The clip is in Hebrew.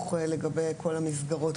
לגבי כל המסגרות,